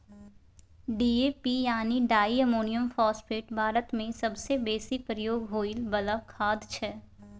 DAP यानी di ammonium phosphate भारतमे सबसँ बेसी प्रयोग होइ बला खाद छै